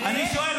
אני שואל.